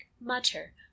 mutter